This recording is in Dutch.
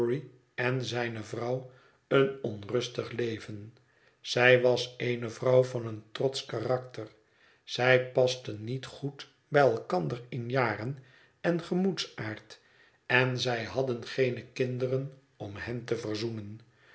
en zijne vrouw een onrustig leven zij was eene vrouw van een trotsch karakter zij pasten niet goed bij elkander in jaren en gemoedsaard en zij hadden geene kinderen om hen te verzoenen